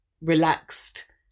relaxed